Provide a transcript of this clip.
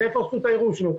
ואיפה זכות הערעור שלו?